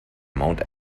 mount